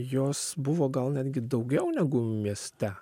jos buvo gal netgi daugiau negu mieste